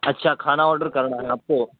اچھا کھانا آڈر کرنا ہے آپ کو